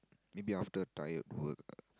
maybe after tired work